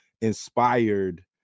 inspired